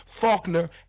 Faulkner